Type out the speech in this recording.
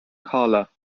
colour